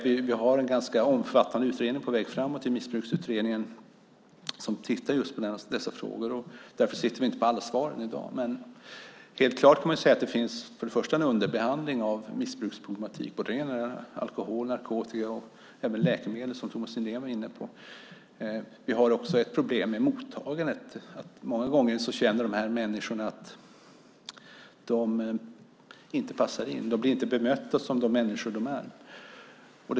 Vi har en ganska omfattande utredning på väg framåt i Missbruksutredningen som tittar just på dessa frågor. Därför sitter vi inte på alla svar i dag. Helt klart är dock att det finns en underbehandling av missbruksproblematik. Det gäller både alkohol och narkotika, och även läkemedel som Thomas Nihlén var inne på. Vi har också ett problem med mottagandet. De här människorna känner många gånger att de inte passar in. De blir inte bemötta som de människor de är.